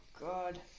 God